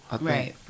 Right